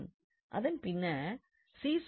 அதன் பின்னர் என்னும் ரிசல்ட்டை பெறுகிறோம்